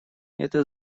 это